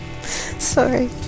Sorry